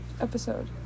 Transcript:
episode